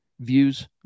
views